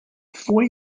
fue